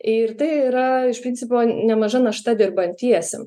ir tai yra iš principo nemaža našta dirbantiesiem